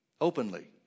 openly